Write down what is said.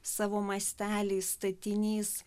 savo mastelį statinys